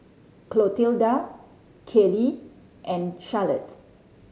Clotilda Kayley and Charlotte